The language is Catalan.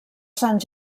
sant